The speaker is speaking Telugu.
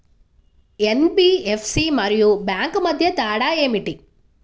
ఎన్.బీ.ఎఫ్.సి మరియు బ్యాంక్ మధ్య తేడా ఏమిటి?